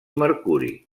mercuri